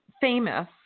famous